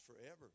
forever